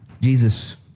Jesus